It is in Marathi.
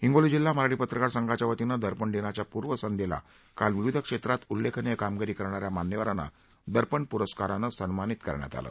हिंगोली जिल्हा मराठी पत्रकार संघाच्या वतीनं दर्पण दिनाच्या पूर्वसंध्येला काल विविध क्षेत्रात उल्लेखनिय कामगिरी करणाऱ्या मान्यवरांना दर्पण प्रस्कारानं सन्मानित करण्यात आलं